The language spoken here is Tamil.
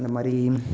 இந்தமாதிரி